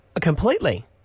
Completely